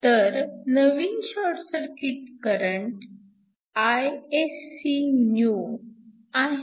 तर नवीन short circuit current Iscnew आहे